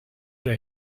der